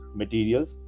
materials